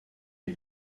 est